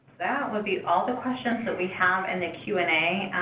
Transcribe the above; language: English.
that would be all the questions that we have in the q and a,